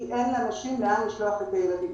כי אין לאנשים לאן לשלוח את הילדים.